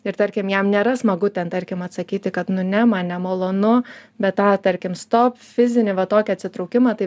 ir tarkim jam nėra smagu ten tarkim atsakyti kad nu ne man nemalonu bet tą tarkim stop fizinį va tokią atsitraukimą tai